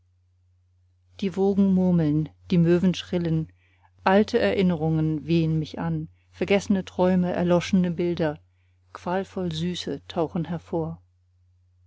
die wogen murmeln die möwen schrillen alte erinnerungen wehen mich an vergessene träume erloschene bilder qualvoll süße tauchen hervor